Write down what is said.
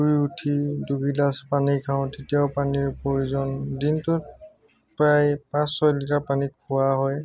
শুই উঠি দুগিলাছ পানী খাওঁ তেতিয়াও পানীৰ প্ৰয়োজন দিনটোত প্ৰায় পাঁচ ছয় লিটাৰ পানী খোৱা হয়